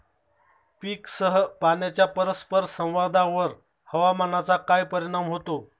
पीकसह पाण्याच्या परस्पर संवादावर हवामानाचा काय परिणाम होतो?